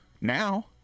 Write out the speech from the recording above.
now